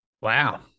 Wow